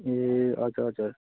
ए हजुर हजुर